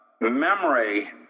Memory